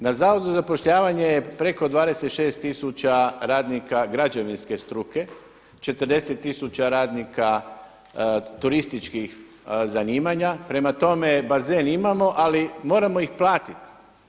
Na Zavodu za zapošljavanje je preko 26 tisuća radnika građevinske struke, 40 tisuća radnika turističkih zanimanja, prema tome bazen imamo ali moramo ih platiti.